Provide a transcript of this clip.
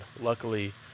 Luckily